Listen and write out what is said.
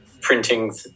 printing